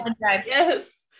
Yes